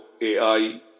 AI